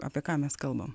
apie ką mes kalbam